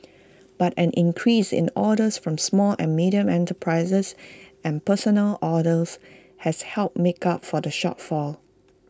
but an increase in orders from small and medium enterprises and personal orders has helped make up for the shortfall